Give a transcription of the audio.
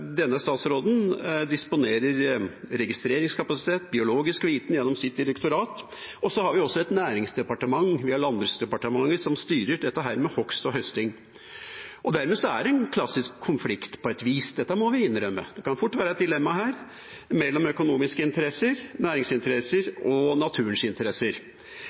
og vi har Landbruksdepartementet, som styrer hogst og høsting. Dermed er det på et vis en klassisk konflikt, det må vi innrømme. Det kan fort være et dilemma her mellom økonomiske interesser, næringsinteresser og naturens interesser.